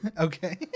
Okay